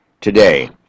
today